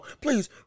Please